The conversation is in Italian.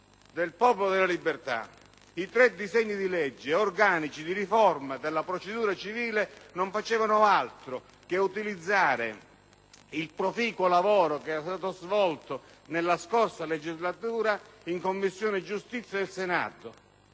tre disegni di legge organici di riforma della procedura civile non facevano altro che utilizzare il proficuo lavoro svolto, nella scorsa legislatura, in Commissione giustizia del Senato,